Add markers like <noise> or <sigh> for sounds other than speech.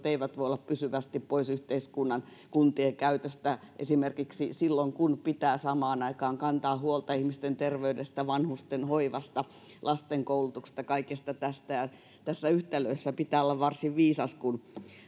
<unintelligible> eivät voi olla pysyvästi pois yhteiskunnan kuntien käytöstä esimerkiksi silloin kun pitää samaan aikaan kantaa huolta ihmisten terveydestä vanhustenhoivasta lasten koulutuksesta kaikesta tästä tässä yhtälössä pitää olla varsin viisas kun